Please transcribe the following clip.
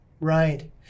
Right